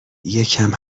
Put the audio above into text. یکم